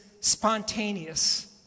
spontaneous